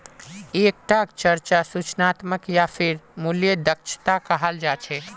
एक टाक चर्चा सूचनात्मक या फेर मूल्य दक्षता कहाल जा छे